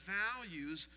values